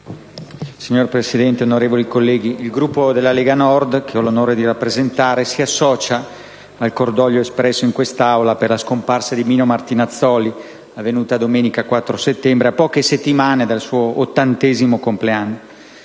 Signor Presidente, onorevoli colleghi, il Gruppo della Lega Nord, che ho l'onore di rappresentare, si associa al cordoglio espresso in quest'Aula per la scomparsa di Mino Martinazzoli, avvenuta domenica 4 settembre, a poche settimane dal suo ottantesimo compleanno.